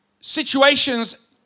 situations